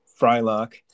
Frylock